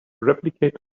replicate